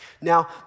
Now